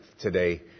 today